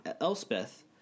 Elspeth